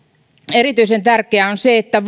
erityisen tärkeää on se että